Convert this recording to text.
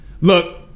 Look